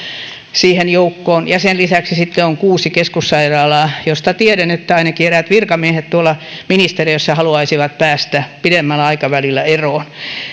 siinä joukossa ja sen lisäksi sitten on kuusi keskussairaalaa joista tiedän että ainakin eräät virkamiehet tuolla ministeriössä haluaisivat päästä niistä pidemmällä aikavälillä eroon